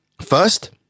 First